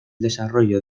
desarrollo